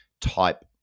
type